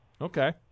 Okay